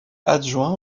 adjoint